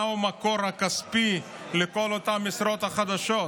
מהו מקור הכספי לכל אותן משרות חדשות.